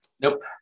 Nope